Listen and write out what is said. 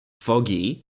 foggy